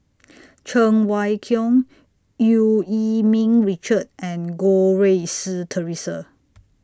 Cheng Wai Keung EU Yee Ming Richard and Goh Rui Si Theresa